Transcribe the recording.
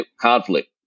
conflict